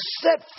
set